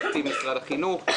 בתקציב משרד החינוך,